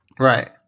Right